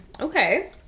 Okay